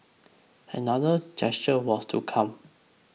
another gesture was to come